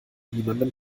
niemandem